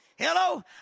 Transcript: Hello